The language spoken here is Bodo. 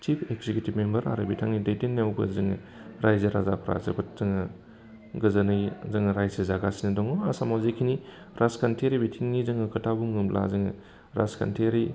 चिफ एक्जिकिउटिभ मेम्बार आरो बिथांनि दैदेननायावबो जोङो रायजो राजाफ्रा जोबोद जोङो गोजोनै जोङो रायजो जागासिनो दङ आसामाव जिखिनि राजखान्थियारि बिथिंनि जोङो खोथा बुङोब्ला जोङो राजखान्थियारि